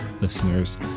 listeners